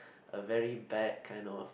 a very bad kind of